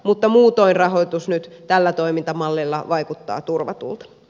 mutta muutoin rahoitus nyt tällä toimintamallilla vaikuttaa turvatulta